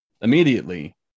immediately